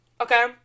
okay